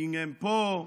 גמגם פה,